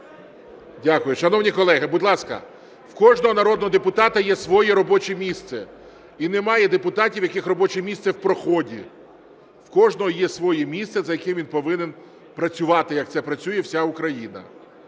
Дякую. Шановні колеги, будь ласка, в кожного народного депутата є своє робоче місце і немає депутатів, в яких робоче місце в проході. В кожного є своє місце, за яким він повинен працювати, як це працює вся Україна.